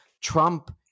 Trump